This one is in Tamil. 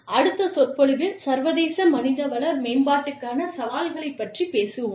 அடுத்த சொற்பொழிவில் சர்வதேச மனிதவள மேம்பாட்டுக்கான சவால்களைப் பற்றி பேசுவோம்